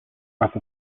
grâce